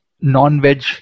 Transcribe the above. non-veg